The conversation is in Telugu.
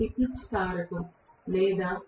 కాబట్టి పిచ్ కారకం లేదా